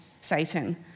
Satan